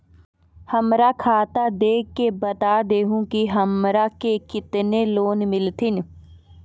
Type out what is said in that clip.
हमरा खाता देख के बता देहु के हमरा के केतना लोन मिलथिन?